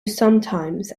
sometimes